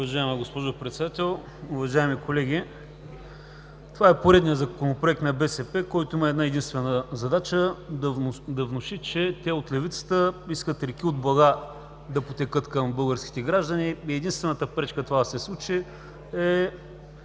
Уважаема госпожо Председател, уважаеми колеги! Това е поредният Законопроект на БСП, който има една-единствена задача – да внуши, че те, от левицата, искат реки от блага да потекат към българските граждани и единствената пречка това да се случи е